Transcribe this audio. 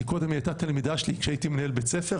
כי קודם היא הייתה תלמידה שלי כשהייתי מנהל בית ספר,